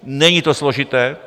Není to složité.